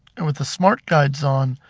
and with the smart guides on,